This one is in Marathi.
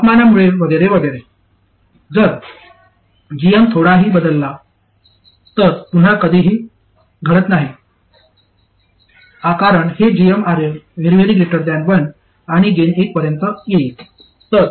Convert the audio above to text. तपमानामुळे वगैरे वगैरे जर gm थोडासाहि बदलला तर पुन्हा काहीच घडत नाही कारण हे gmRL 1 आणि गेन 1 पर्यंत येईल